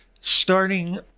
starting